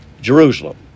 Jerusalem